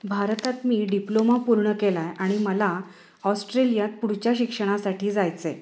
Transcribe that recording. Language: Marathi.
भारतात मी डिप्लोमा पूर्ण केला आहे आणि मला ऑस्ट्रेलियात पुढच्या शिक्षणासाठी जायचं आहे